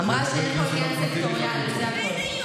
היא אמרה שאין פה עניין סקטוריאלי, זה הכול.